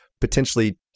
potentially